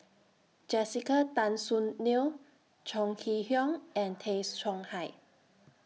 Jessica Tan Soon Neo Chong Kee Hiong and Tay Chong Hai